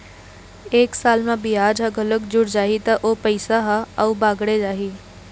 एक साल म बियाज ह घलोक जुड़ जाही त ओ पइसा ह अउ बाड़गे जाही